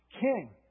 King